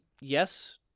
yes